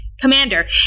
Commander